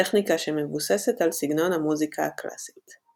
טכניקה שמבוססת על סגנון המוזיקה הקלאסית.